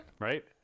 Right